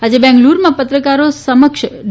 આજે બેંગલુરૂમાં પત્રકારો સમક્ષ ડી